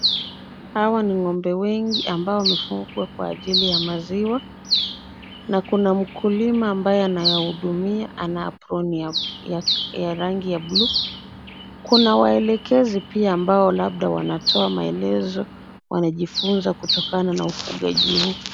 Hawa ni ng'ombe wengi ambao wamefugwa kwa ajili ya maziwa na kuna mkulima ambaye anayahudumia. Ana apron ya rangi ya buluu. Kuna waelekezi pia ambao pia labda wanatoa maelezo. Wanajifunza kutokana na ufugaji huu.